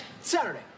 Saturday